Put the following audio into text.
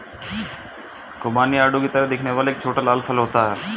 खुबानी आड़ू की तरह दिखने वाला छोटा लाल फल होता है